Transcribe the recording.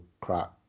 crap